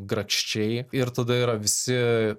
grakščiai ir tada yra visi